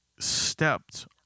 Stepped